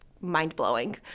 mind-blowing